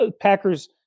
Packers